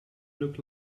look